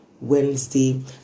Wednesday